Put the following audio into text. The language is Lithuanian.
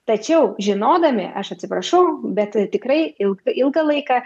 tačiau žinodami aš atsiprašau bet tikrai ilgą ilgą laiką